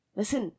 listen